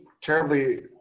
terribly